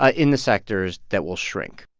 ah in the sectors that will shrink?